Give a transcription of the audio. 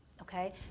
okay